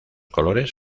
colores